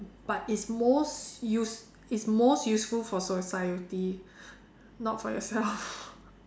but it's most use it's most useful for society not for yourself